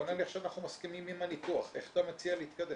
בוא נניח שאנחנו מסכימים עם הניתוח איך אתה מציע להתקדם?